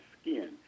skin